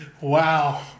Wow